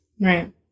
Right